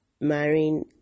marrying